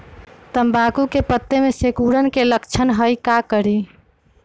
तम्बाकू के पत्ता में सिकुड़न के लक्षण हई का करी?